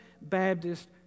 Baptist